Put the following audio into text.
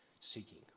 seeking